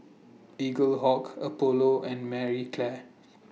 Eaglehawk Apollo and Marie Claire